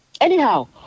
Anyhow